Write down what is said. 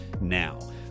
now